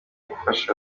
gufasha